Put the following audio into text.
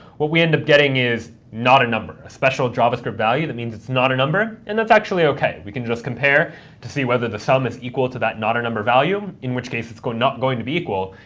what we end up getting is not a number, a special javascript value that means it's not a number, and that's actually ok. we can just compare to see whether the sum is equal to that not a number value, in which case it's not going to be equal,